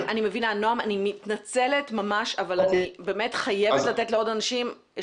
אני ממש מתנצלת אבל אניח ייבת לתת לעוד אנשים את